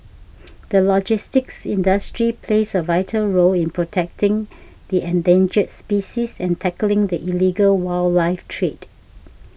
the logistics industry plays a vital role in protecting the endangered species and tackling the illegal wildlife trade